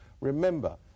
Remember